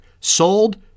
sold